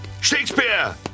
Shakespeare